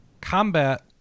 Combat